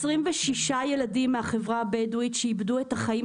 26 ילדים מהחברה הבדווית שאיבדו את חייהם